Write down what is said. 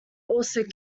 also